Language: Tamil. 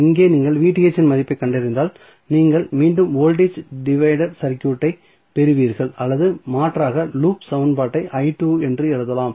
இங்கே நீங்கள் இன் மதிப்பைக் கண்டறிந்தால் நீங்கள் மீண்டும் வோல்டேஜ் டிவைடர் சர்க்யூட்டை பெறுவீர்கள் அல்லது மாற்றாக லூப் சமன்பாட்டை என்று எழுதலாம்